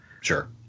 Sure